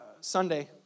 Sunday